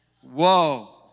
whoa